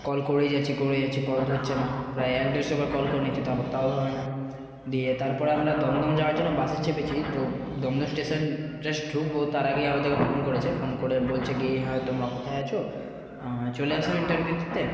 call করেই যাচ্ছি করেই যাচ্ছি কল ধরছে না প্রায় এক দেড়শো বার কল করে নিয়েছি তাও ধরে না দিয়ে তারপর আমরা দমদম যাওয়ার জন্য বাসে চেপেছি তো দমদম স্টেশন জাস্ট ঢুকবো তার আগেই আবার দেখি ফোন করেছে ফোন করে বলছে কি হ্যাঁ তোমরা কোথায় আছো চলে আসো ইন্টারভিউ দিতে